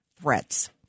Threats